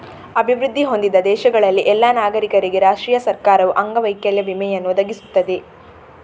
ಅಭಿವೃದ್ಧಿ ಹೊಂದಿದ ದೇಶಗಳಲ್ಲಿ ಎಲ್ಲಾ ನಾಗರಿಕರಿಗೆ ರಾಷ್ಟ್ರೀಯ ಸರ್ಕಾರವು ಅಂಗವೈಕಲ್ಯ ವಿಮೆಯನ್ನು ಒದಗಿಸುತ್ತದೆ